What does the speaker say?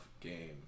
game